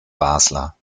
basler